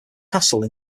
castle